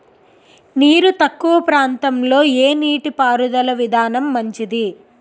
నీరు తక్కువ ప్రాంతంలో ఏ నీటిపారుదల విధానం మంచిది?